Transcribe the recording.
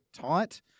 tight